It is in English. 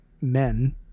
men